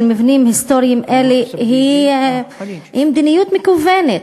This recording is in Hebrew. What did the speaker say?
של מבנים היסטוריים היא מדיניות מכוונת.